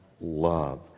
love